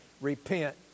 repent